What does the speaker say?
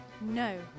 No